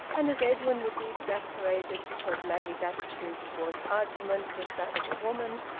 and as edwin would be exasperated because maggie's attitude towards argument was that of a woman,